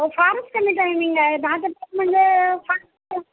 हो फारच कमी टायमिंग आहे दहाच्या आत म्हणजे फारच कमी